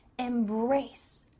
embrace.